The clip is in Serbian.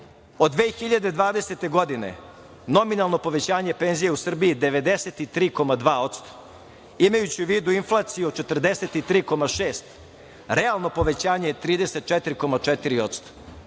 od 2020. godine nominalno povećanje penzija u Srbiji je 93,2%, imajući u vidu inflaciju 43,6%, realno povećanje je 34,4%.